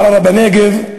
בערערה-בנגב,